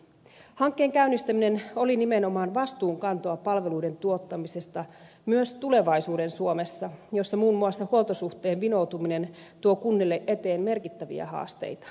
hankkeen käynnistäminen oli nimenomaan vastuunkantoa palveluiden tuottamisesta myös tulevaisuuden suomessa missä muun muassa huoltosuhteen vinoutuminen tuo kunnille eteen merkittäviä haasteita